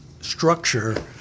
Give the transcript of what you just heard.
structure